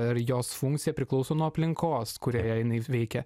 ir jos funkcija priklauso nuo aplinkos kurioje jinai veikia